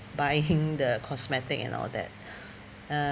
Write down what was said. buying the cosmetic and all that uh